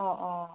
অ অ